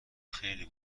خیلی